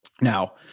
Now